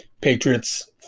Patriots